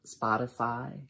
Spotify